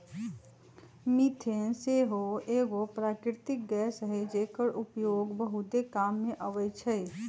methane सेहो एगो प्राकृतिक गैस हई जेकर उपयोग बहुते काम मे अबइ छइ